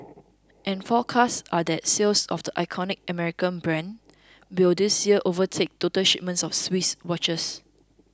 and forecasts are that sales of the iconic American brand will this year overtake total shipments of Swiss watches